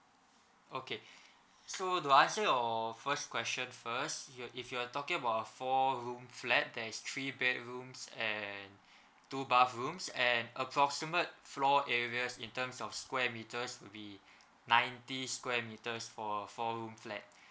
okay so to answer your first question first your if you're talking about four room flat that is three bedrooms and two bathrooms and approximate floor areas in terms of square meters will be ninety square meters for a four room flat